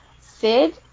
Sid